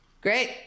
Great